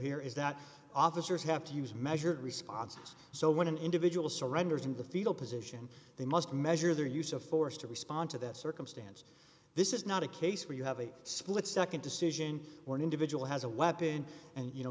here is that officers have to use measured responses so when an individual surrenders in the fetal position they must measure their use of force to respond to that circumstance this is not a case where you have a split nd decision or an individual has a weapon and you know